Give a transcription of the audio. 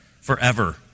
forever